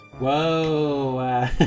Whoa